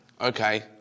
Okay